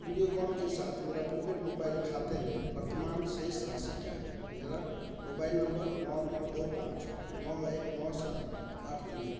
वीडियोकॉन के साथ मेरा प्रीपेड मोबाइल खाते में वर्तमान शेष राशि क्या है मेरा मोबाइल नंबर नौ नौ दो पाँच नौ एक नौ सात आठ तीन है